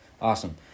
Awesome